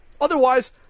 otherwise